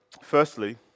Firstly